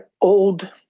old